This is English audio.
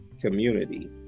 community